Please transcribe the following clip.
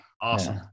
awesome